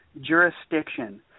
jurisdiction